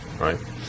right